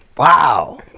Wow